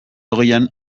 hogeian